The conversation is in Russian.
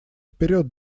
вперед